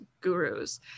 gurus